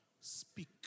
speak